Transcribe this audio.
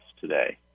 today